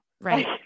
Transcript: Right